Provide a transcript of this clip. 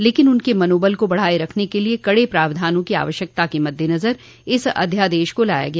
लेकिन उनके मनोबल को बनाये रखने के लिए कड़े प्रावधानों की आवश्यकता के मद्देनजर इस अध्यादेश को लाया गया